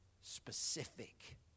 specific